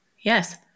Yes